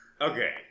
Okay